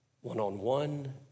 one-on-one